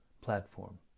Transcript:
platform